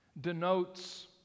denotes